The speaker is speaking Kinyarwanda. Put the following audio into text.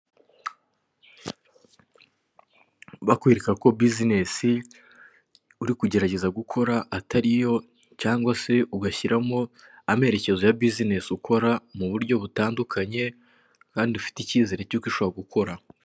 Bakwereka ko bizinesi uri kugerageza gukora atari yo, cyangwa se ugashyiramo amerekezo ya bizinesi ukora, mu buryo butandukanye, kandi ufite icyizere cy'uko ishobora gukora.